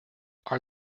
are